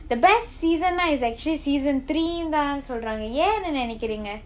the best season னா:naa is actually season three ன்னு தான் சொல்றாங்க ஏன்னு நெனைக்குறீங்க:nnu thaan solraanga yaennu nenaikkureenga